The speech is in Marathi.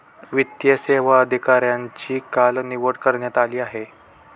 वित्तीय सेवा अधिकाऱ्यांची काल निवड करण्यात आली आहे